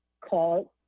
called